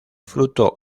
fruto